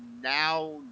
now